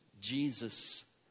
Jesus